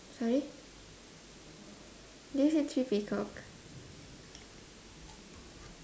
sorry did you say three peacock